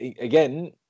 again